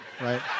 right